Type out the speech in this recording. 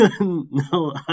No